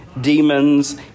demons